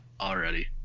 already